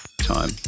time